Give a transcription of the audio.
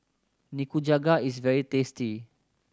nikujaga is very tasty